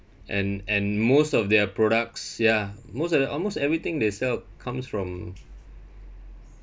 and and most of their products ya most of their almost everything they sell comes from